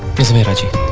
his marriage with